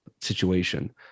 situation